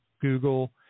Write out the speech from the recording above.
Google